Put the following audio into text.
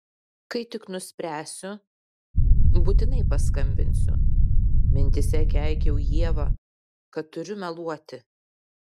kai tik nuspręsiu būtinai paskambinsiu mintyse keikiau ievą kad turiu meluoti